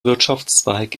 wirtschaftszweig